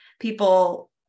People